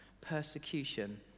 persecution